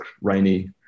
rainy